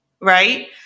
right